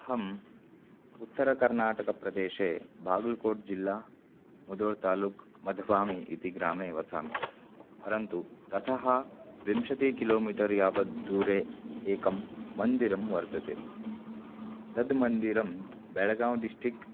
अहम् उत्तरकर्नाटकप्रदेशे बागल्कोट् जिल्ला मुदोळ् तालूक् मध्वामि इति ग्रामे वसामि परन्तु ततः विंशतिः किलोमीटर् यावत् दूरे एकं मन्दिरं वर्तते तद् मन्दिरं बेळगाव् डिस्टिक्